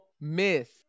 miss